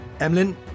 Emlyn